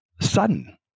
sudden